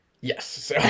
Yes